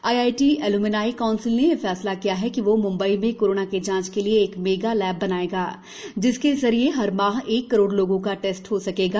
IIT alumni council ने यह फैसला किया है कि वह मंबई में कोरोना की जांच के लिए एक मेगा लैब बनाएगा जिसके जरिए हर माह एक करोड़ लोगों का टेस्ट हो सकेगा